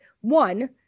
one